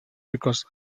because